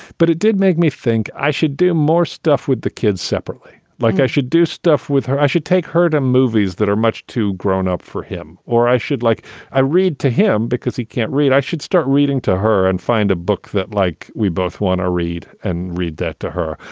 but it did make me think i should do more stuff with the kids separately, like i should do stuff with her. i should take her to movies that are much too grown up for him or i should like i read to him because he can't read. i should start reading to her and find a book that like we both want to read and. read that to her.